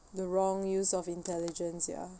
the wrong use of intelligence ya